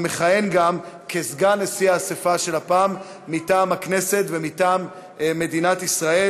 ומכהן גם כסגן נשיא PAM מטעם הכנסת ומטעם מדינת ישראל,